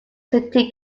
city